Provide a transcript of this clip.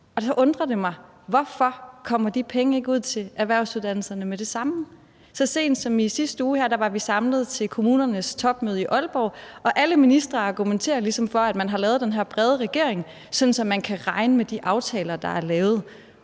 og så undrer det mig, at de penge ikke kommer ud til erhvervsuddannelserne med det samme. Så sent som i sidste uge var vi samlet til kommunernes topmøde i Aalborg, og alle ministre argumenterer ligesom for, at man har lavet den her brede regering, sådan at folk kan regne med de aftaler, der er lavet.